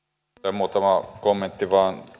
muutama kommentti vain